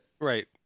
Right